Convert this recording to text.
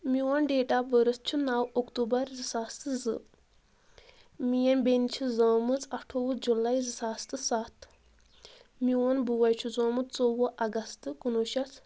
میٛون date of birth چھُ نو اکتوبَر زٕ ساس تہٕ زٕ میٛٲنۍ بیٚنہِ چھِ زامٕژ اَٹھووُہ جُلائی زٕ ساس تہٕ ستھ میٛون بوے چھُ زامُت ژوٚوُہ اَگَست کُنوُہ شتھ